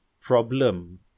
problem